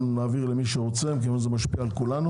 נעביר אותו למי שרוצה, מכיוון וזה משפיע על כולנו.